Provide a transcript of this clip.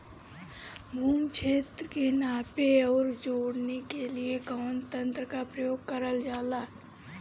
भूमि क्षेत्र के नापे आउर जोड़ने के लिए कवन तंत्र का प्रयोग करल जा ला?